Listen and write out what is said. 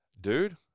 dude